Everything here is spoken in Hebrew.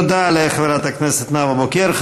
תודה לחברת הכנסת נאוה בוקר.